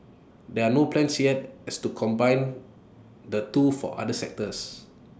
there are no plans yet as to combine the two for other sectors